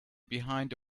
behind